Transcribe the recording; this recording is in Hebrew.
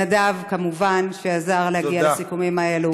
לנדב, כמובן, שעזר להגיע לסיכומים האלה.